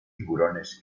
tiburones